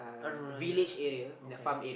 I don't know you know okay